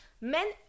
men